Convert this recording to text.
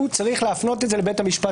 הוא צריך להפנות את זה לבית המשפט